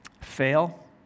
fail